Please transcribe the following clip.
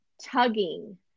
tugging